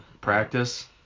practice